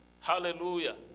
Hallelujah